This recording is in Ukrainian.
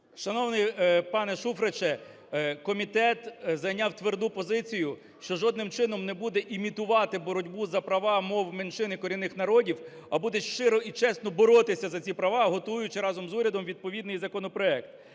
Шановний пане Шуфрич, комітет зайняв тверду позицію, що жодним чином не буде імітувати боротьбу за права мов меншин і корінних народів, а буде щиро і чесно боротися за ці права, готуючи разом з урядом відповідний законопроект.